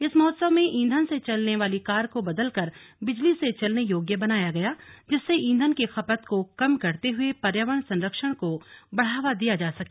इस महोत्सव में ईंधन से चलने वाली कार को बदलकर बिजली से चलने योग्य बनाया गया जिससे ईंधन की खपत को कम करते हुए पर्यावरण संरक्षण को बढ़ावा दिया जा सके